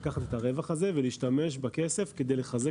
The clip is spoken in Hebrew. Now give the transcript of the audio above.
לקחת את הרווח הזה ולהשתמש בכסף כדי לחזק